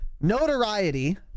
Notoriety